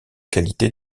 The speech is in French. qualité